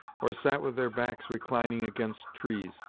or sat with their backs reclining against trees,